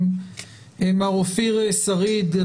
מר אופיר שריד,